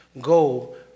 Go